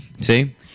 see